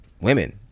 Women